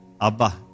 Abba